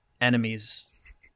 enemies